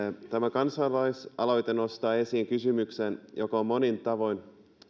kansalaisaloite nostaa esiin kysymyksen joka on monin tavoin